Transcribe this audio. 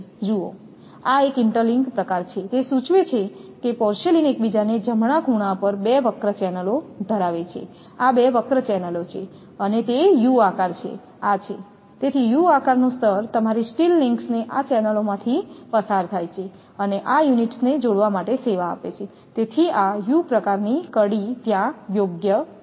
જુઓ આ એક ઇન્ટરલિંક પ્રકાર છે તે સૂચવે છે પોર્સેલેઇન એકબીજાને જમણા ખૂણા પર બે વક્ર ચેનલો ધરાવે છે આ બે વક્ર ચેનલો છે અને તે યુ આકાર છે આ છે તેથી યુ આકારનું સ્તર તમારી સ્ટીલ લિંક્સને આ ચેનલોમાંથી પસાર થાય છે અને યુનિટ્સને જોડવા માટે સેવા આપે છે તેથી આ યુ આકારની કડી ત્યાં યોગ્ય છે